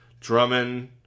Drummond